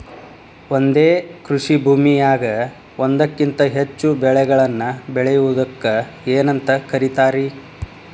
ಒಂದೇ ಕೃಷಿ ಭೂಮಿಯಾಗ ಒಂದಕ್ಕಿಂತ ಹೆಚ್ಚು ಬೆಳೆಗಳನ್ನ ಬೆಳೆಯುವುದಕ್ಕ ಏನಂತ ಕರಿತಾರಿ?